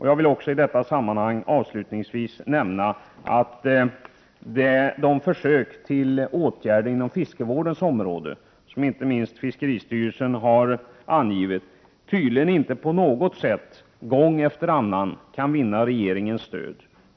Jag vill i detta sammanhang avslutningsvis också nämna att de försök till åtgärder inom fiskevårdens område, som inte minst fiskeristyrelsen har angivit gång efter annan, tydligen inte på något sätt kan vinna regeringens stöd.